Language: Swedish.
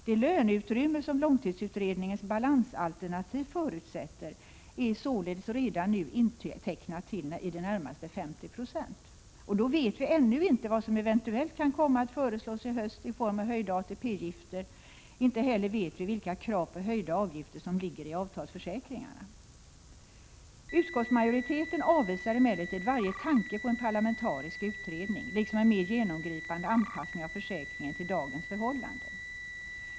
Det löneutrymme som långtidsutredningens balansalternativ förutsätter är således redan nu intecknat till i det närmaste 50 96. Då vet vi ännu inte vad som eventuellt kan komma att föreslås i höst i form av höjda ATP-avgifter. Inte heller vet vi vilka krav på höjda avgifter som ligger i avtalsförsäkringarna. Utskottsmajoriteten avvisar emellertid varje tanke på en parlamentarisk utredning, liksom en mer genomgripande anpassning av försäkringen till dagens förhållanden.